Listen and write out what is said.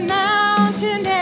mountain